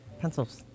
Pencils